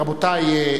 רבותי,